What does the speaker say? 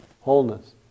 Wholeness